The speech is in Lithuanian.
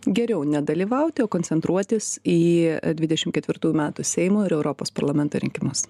geriau nedalyvauti o koncentruotis į dvidešim ketvirtųjų metų seimo ir europos parlamento rinkimus